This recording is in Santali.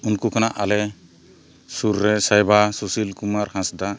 ᱩᱱᱠᱩ ᱠᱷᱚᱱᱟᱜ ᱟᱞᱮ ᱥᱩᱨ ᱨᱮ ᱥᱟᱭᱵᱟ ᱥᱩᱥᱤᱞ ᱠᱩᱢᱟᱨ ᱦᱟᱸᱥᱫᱟ